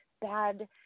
bad